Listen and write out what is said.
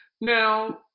Now